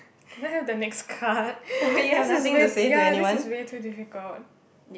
can I have the next card this is way ya this is way too difficult